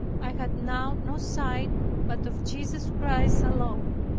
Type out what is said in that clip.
i had now no sight but of jesus christ alone.